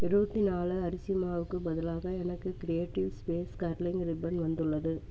இருபத்தி நாலு அரிசி மாவுக்குப் பதிலாக எனக்கு க்ரியேடிவ் ஸ்பேஸ் கர்லிங் ரிப்பன் வந்துள்ளது